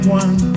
one